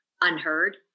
unheard